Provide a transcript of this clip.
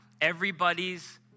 everybody's